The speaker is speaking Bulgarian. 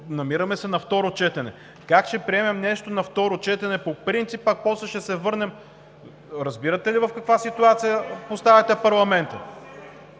Намираме се на второ четене, а как ще приемем нещо на второ четене по принцип и после ще се върнем? Разбирате ли в каква ситуация поставяте парламента?